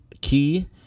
key